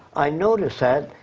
i noticed that.